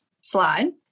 slide